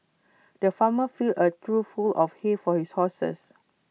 the farmer filled A trough full of hay for his horses